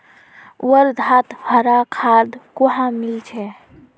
वर्धात हरा खाद कुहाँ मिल छेक